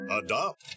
adopt